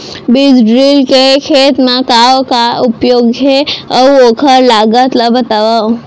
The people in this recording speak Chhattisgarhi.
बीज ड्रिल के खेत मा का उपयोग हे, अऊ ओखर लागत ला बतावव?